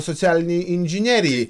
socialinei inžinerijai